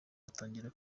atangira